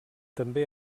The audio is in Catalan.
també